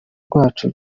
rwacu